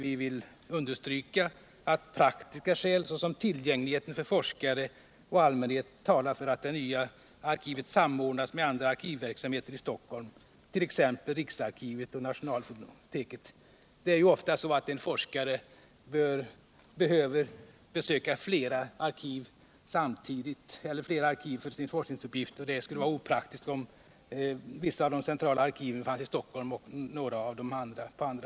Vi understryker att praktiska skäl, tillgängligheten för forskare och allmänhet, talar för att det nya arkivet skall samordnas med annan arkivverksamhet i Stockholm, t.ex. riksarkivet och nationalfonoteket. En forskare behöver ofta för sin forskningsuppgift besöka flera arkiv. Det skulle då vara opraktiskt om vissa av de centrala arkiven fanns i Stockholm och vissa på annat håll.